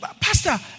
Pastor